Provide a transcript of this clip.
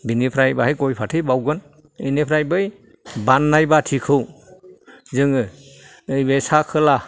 बेनिफ्राय बेहाय गय फाथै बावगोन बिनिफ्राय बै बाननाय बाथिखौ जोङो नैबे सा खोला